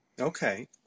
Okay